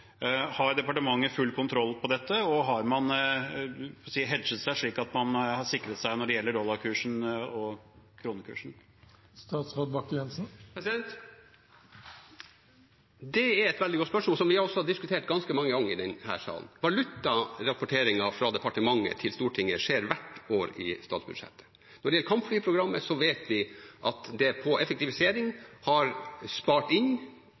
Har departementet full kontroll på dette, og har man «hedget» seg, slik at man har sikret seg når det gjelder dollarkursen og kronekursen? Det er et veldig godt spørsmål som vi også har diskutert ganske mange ganger i denne salen. Valutarapporteringer fra departementet til Stortinget skjer hvert år i statsbudsjettet. Når det gjelder kampflyprogrammet, vet vi at det på effektivisering er spart inn